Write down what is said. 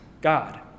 God